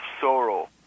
sorrow